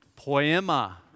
Poema